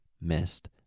missed